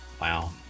Wow